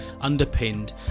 underpinned